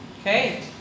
Okay